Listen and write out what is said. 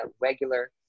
regular